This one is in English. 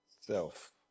Self